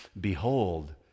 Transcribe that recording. Behold